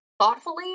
thoughtfully